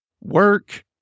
work